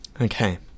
okay